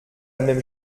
même